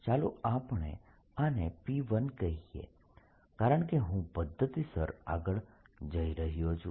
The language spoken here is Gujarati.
ચાલો આપણે આને P1 કહીએ કારણકે હું પદ્ધતિસર આગળ જઈ રહ્યો છું